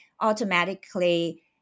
automatically